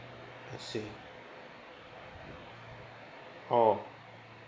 I see oh